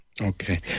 okay